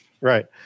Right